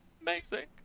amazing